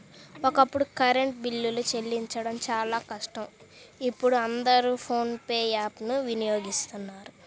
ఒకప్పుడు కరెంటు బిల్లులు చెల్లించడం చాలా కష్టం ఇప్పుడు అందరూ ఫోన్ పే యాప్ ను వినియోగిస్తున్నారు